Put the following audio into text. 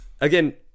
Again